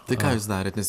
tai ką jūs darėt nes